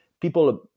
People